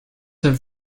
have